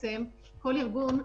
כל ארגון,